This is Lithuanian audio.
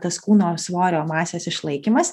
tas kūno svorio masės išlaikymas